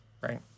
Right